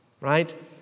right